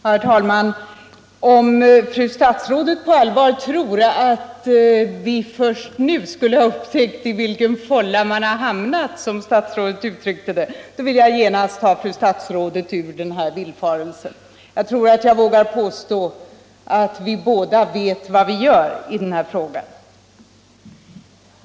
Herr talman! Om fru statsrådet på allvar tror att vi först nu skulle ha upptäckt i vilken fålla vi har hamnat, vill jag genast ta fru statsrådet ur den villfarelsen. Jag tror att jag vågar påstå att vi vet vad vi gör.